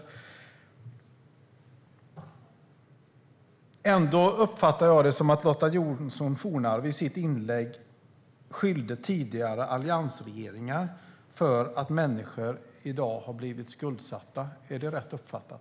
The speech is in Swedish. Ändå uppfattar jag det som att Lotta Johnsson Fornarve i sitt inlägg skyllde på tidigare alliansregeringar för att människor i dag har blivit skuldsatta. Är det rätt uppfattat?